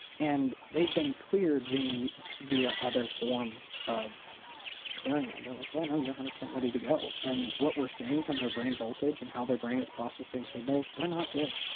and they've been cleared via via other forms of clearing them. they're, like yeah, no yeah hundred percent ready to go. and what we're seeing from their brain voltage and how their brain is processing signals, they're not good.